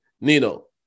nino